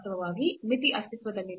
ವಾಸ್ತವವಾಗಿ ಮಿತಿ ಅಸ್ತಿತ್ವದಲ್ಲಿಲ್ಲ